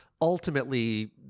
ultimately